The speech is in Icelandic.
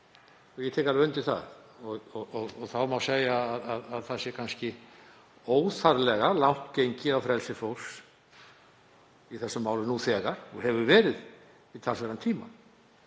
Ég tek alveg undir það. Þá má segja að það sé kannski óþarflega langt gengið á frelsi fólks í þessu máli nú þegar og hefur verið í talsverðan tíma